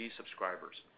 subscribers